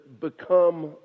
become